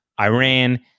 Iran